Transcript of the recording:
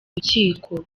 rukiko